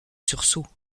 sursaut